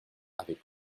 avec